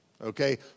Okay